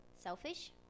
selfish